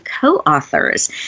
co-authors